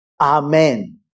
Amen